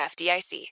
FDIC